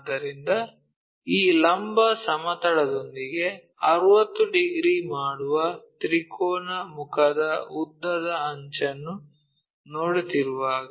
ಆದ್ದರಿಂದ ಈ ಲಂಬ ಸಮತಲದೊಂದಿಗೆ 60 ಡಿಗ್ರಿ ಮಾಡುವ ತ್ರಿಕೋನ ಮುಖದ ಉದ್ದದ ಅಂಚನ್ನು ನೋಡುತ್ತಿರುವಾಗ